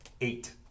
eight